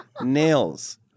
Nails